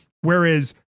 Whereas